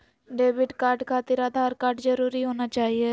Debit card खातिर Aadhaar card जरूरी होना चाहिए?